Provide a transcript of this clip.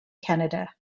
canada